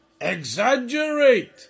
exaggerate